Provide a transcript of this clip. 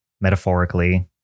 metaphorically